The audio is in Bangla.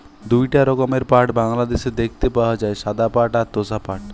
দুইটা রকমের পাট বাংলাদেশে দেখতে পাওয়া যায়, সাদা পাট আর তোষা পাট